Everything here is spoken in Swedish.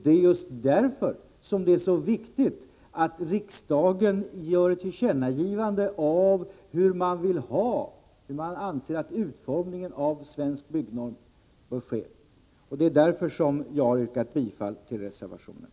Det är just därför det är så viktigt att riksdagen gör ett tillkännagivande av hur utformningen av Svensk byggnorm bör ske, och det är därför jag yrkar bifall till reservation 1.